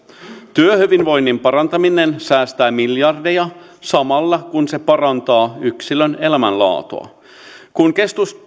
työhyvinvoinnin parantaminen säästää miljardeja samalla kun se parantaa yksilön elämänlaatua kun